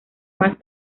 más